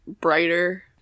brighter